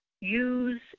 Use